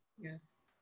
Yes